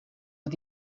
het